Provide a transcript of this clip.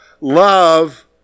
Love